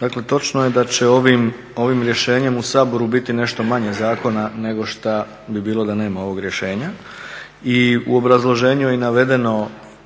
dakle točno je da će ovim rješenjem u Saboru biti nešto manje zakona nego šta bi bilo da nema ovog rješenja.